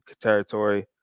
territory